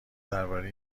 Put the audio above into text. درباره